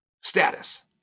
status